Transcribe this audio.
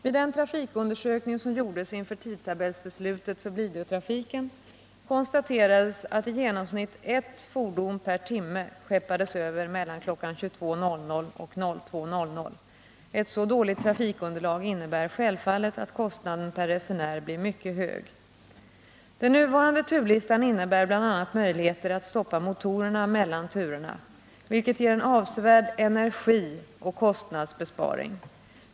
Vid den trafikundersökning som gjordes inför tidtabellsbeslutet för Blidötrafiken konstaterades att i genomsnitt ett fordon per timme skeppades över mellan kl. 22.00 och 02.00. Ett så dåligt trafikunderlag innebär självfallet att kostnaden per resenär blir mycket hög. Den nuvarande turlistan innebär bl.a. möjligheter att stoppa motorerna mellan turerna, vilket ger en avsevärd energioch kostnadsbesparing.